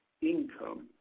income